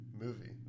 movie